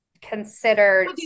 considered